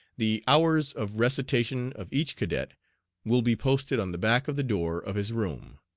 the hours of recitation of each cadet will be posted on the back of the door of his room.